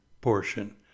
portion